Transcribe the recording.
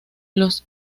los